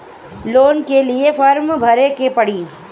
Loan के लिए form भरे के पड़ी?